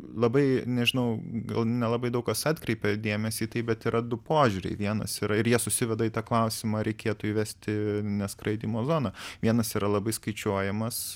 labai nežinau gal nelabai daug kas atkreipė dėmesį į tai bet yra du požiūriai vienas yra ir jie susiveda į tą klausimą ar reikėtų įvesti neskraidymo zoną vienas yra labai skaičiuojamas